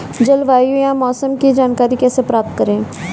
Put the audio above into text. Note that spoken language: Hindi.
जलवायु या मौसम की जानकारी कैसे प्राप्त करें?